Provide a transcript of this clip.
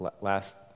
last